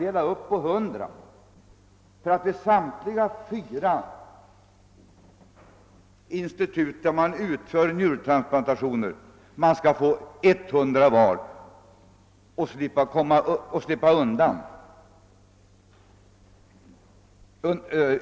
dela upp dessa transplantationer på fyra olika institutioner, som får utföra 100 :sådana vardera, för att slippa blanda. in Umeå i detta sammanhang.